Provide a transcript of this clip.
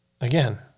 again